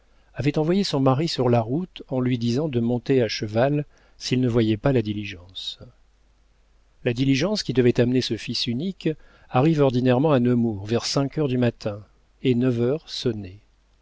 avait envoyé son mari sur la route en lui disant de monter à cheval s'il ne voyait pas la diligence la diligence qui devait amener ce fils unique arrive ordinairement à nemours vers cinq heures du matin et neuf heures sonnaient